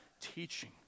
teaching